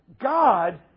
God